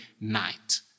night